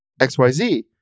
XYZ